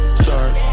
start